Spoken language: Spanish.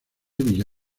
villa